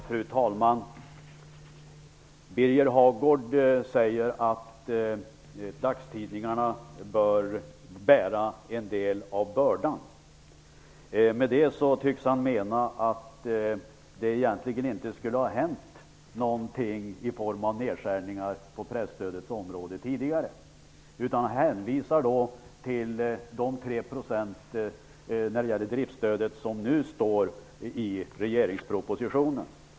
Fru talman! Birger Hagård säger att dagstidningarna bör bära en del av bördan. Med detta tycks han mena att det egentligen inte har hänt någonting i form av nedskärningar på presstödets område tidigare. Han hänvisar till den sänkning av driftsstödet som nu föreslås i regeringspropositionen.